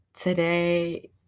Today